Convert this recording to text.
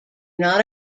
not